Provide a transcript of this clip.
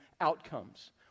outcomes